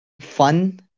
fun